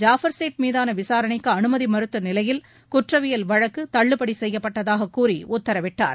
ஜாஃபர் சேட் மீதான விசாரணைக்கு அனுமதி மறுத்த நிலையில் குற்றவியல் வழக்கு தள்ளுபடி செய்யப்பட்டதாக கூறி உத்தரவிட்டார்